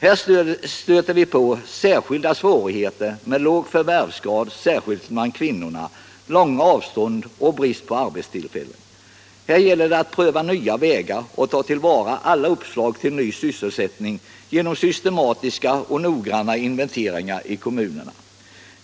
Här stöter vi på särskilda svårigheter med låg förvärvsgrad — speciellt bland kvinnorna — långa avstånd och brist på arbetstillfällen. Det gäller därför att pröva nya vägar och ta till vara alla uppslag till ny sysselsättning genom systematiska och noggranna inventeringar i kommunerna.